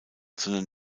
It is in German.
sondern